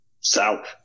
south